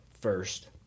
first